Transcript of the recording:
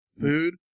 food